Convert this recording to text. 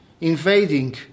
invading